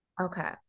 Okay